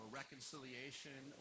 reconciliation